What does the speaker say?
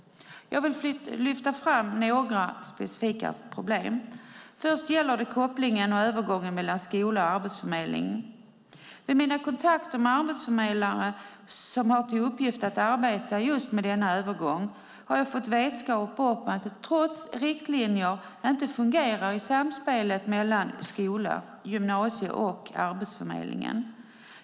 Jag vill till sist lyfta fram några specifika problem. Först gäller det kopplingen och övergången mellan skola och Arbetsförmedlingen. Vid mina kontakter med arbetsförmedlare som har till uppgift att arbeta just med denna övergång har jag fått vetskap om att det trots riktlinjer inte fungerar i samspelet mellan skola och Arbetsförmedlingen.